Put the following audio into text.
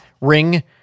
ring